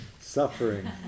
Suffering